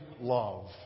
love